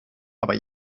aber